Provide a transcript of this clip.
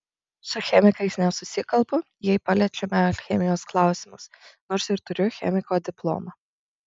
su chemikais nesusikalbu jei paliečiame alchemijos klausimus nors ir turiu chemiko diplomą